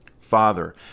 Father